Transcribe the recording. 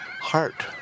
heart